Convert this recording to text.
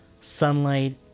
sunlight